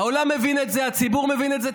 העולם מבין את זה, הציבור מבין את זה.